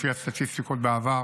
לפי הסטטיסטיקות בעבר